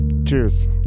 Cheers